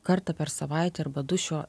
kartą per savaitę arba du šiuo